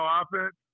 offense